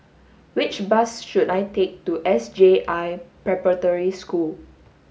which bus should I take to S J I Preparatory School